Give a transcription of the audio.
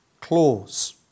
clause